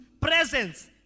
presence